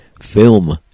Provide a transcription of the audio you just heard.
film